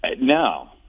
No